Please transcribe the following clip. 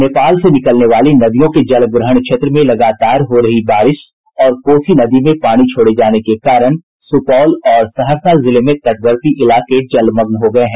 नेपाल से निकलने वाली नदियों के जलग्रहण क्षेत्र में लगातार हो रही बारिश और कोसी नदी में पानी छोड़े जाने के कारण सुपौल और सहरसा जिले में तटवर्ती इलाके जलमग्न हो गए हैं